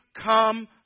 come